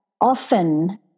often